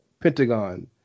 Pentagon